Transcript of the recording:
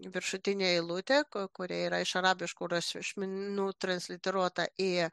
viršutinę eilutę kurioje yra iš arabiškų rašmenų transliteruota ė